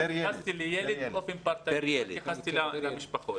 לא התייחסתי למשפחות.